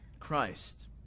Christ